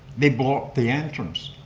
they bought the entrance